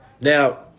Now